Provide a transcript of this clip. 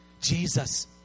Jesus